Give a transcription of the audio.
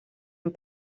amb